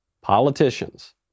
politicians